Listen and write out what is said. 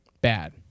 bad